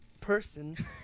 person